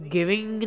Giving